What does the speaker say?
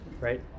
right